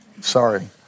sorry